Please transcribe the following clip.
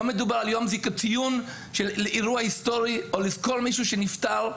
לא מדובר על יום ציון לאירוע היסטורי או לזכור מישהו שנפטר.